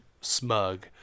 smug